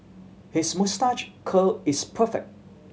his moustache curl is perfect